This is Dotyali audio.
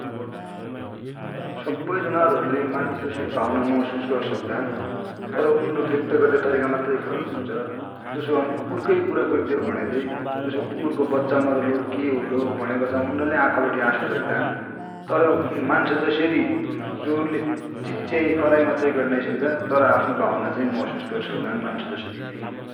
सबै जनावरहरु ले मानिश जसो भावना महसुस गरसक्दानु । तर उनरो ब्यक्त गर्दया तरिका मात्र फरक हुन्छ, जसो हमि कुकुर कै कुरा गर्देया हो भन्याले, जसो कुकुर को बच्चा मरलो के होलो भन्या पछा उनराले आखा बठे आशु झड्डानु, तर उनि मान्स जसेरि जोरले चिच्याइ कराइ मात्रै गरि नाइँ सक्दा तर आफ्नो भावना चाही महसुस गरिसक्दान मान्स जसरि ।